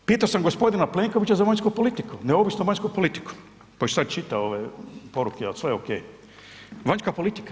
Pitao sam gospodina Plenkovića za vanjsku politiku, neovisnu vanjsku politiku, koji sad čita ove poruke, je li sve ok, vanjska politika